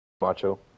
macho